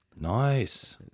Nice